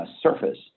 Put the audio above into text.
surface